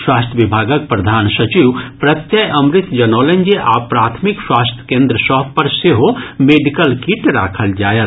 स्वास्थ्य विभागक प्रधान सचिव प्रत्यय अमृत जनौलनि जे आब प्राथमिक स्वास्थ्य केन्द्र सभ पर सेहो मेडिकल किट राखल जायत